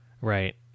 Right